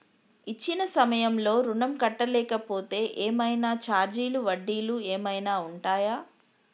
ఇచ్చిన సమయంలో ఋణం కట్టలేకపోతే ఏమైనా ఛార్జీలు వడ్డీలు ఏమైనా ఉంటయా?